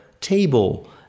table